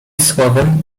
słowem